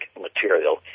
material